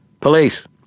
Police